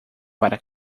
para